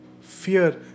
fear